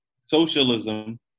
socialism